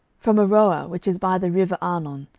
from aroer, which is by the river arnon,